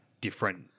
different